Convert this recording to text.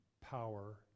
power